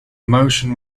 motion